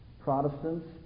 Protestants